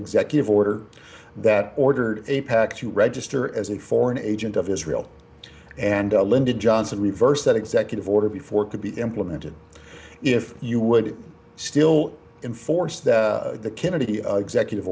executive order that ordered a pact to register as a foreign agent of israel and lyndon johnson reversed that executive order before it could be implemented if you would still enforce that the kennedy executive